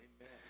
Amen